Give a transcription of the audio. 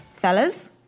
fellas